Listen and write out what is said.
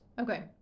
Okay